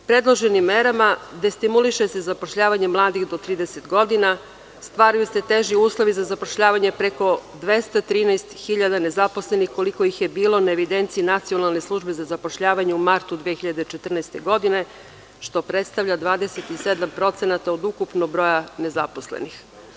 Predloženim merama destimuliše se zapošljavanje mladih do 30 godina, stvaraju se teži uslovi za zapošljavanje preko 213.000 nezaposlenih, koliko ih je bilo na evidenciji Nacionalne službe za zapošljavanje u martu 2014. godine, što predstavlja 27% procenata od ukupnog broja nezaposlenih.